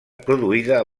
produïda